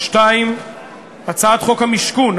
2. הצעת חוק המשכון,